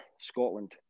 Scotland